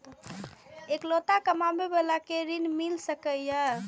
इकलोता कमाबे बाला के ऋण मिल सके ये?